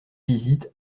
visite